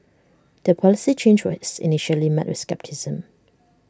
the policy change was initially met with scepticism